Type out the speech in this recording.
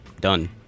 Done